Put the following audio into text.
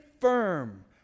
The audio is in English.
firm